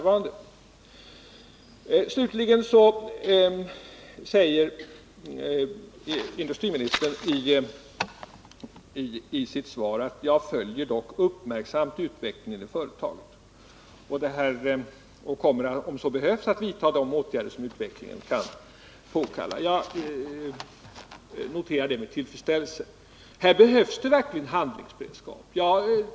Industriministern säger i slutet av sitt svar: ”Jag följer dock uppmärksamt utvecklingen i företaget och kommer att om så behövs vidta de åtgärder som utvecklingen kan påkalla.” Jag noterar detta med tillfredsställelse, för här behövs det verkligen handlingsberedskap.